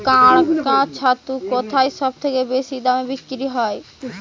কাড়াং ছাতু কোথায় সবথেকে বেশি দামে বিক্রি হয়?